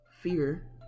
fear